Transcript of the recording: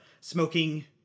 smoking